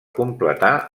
completar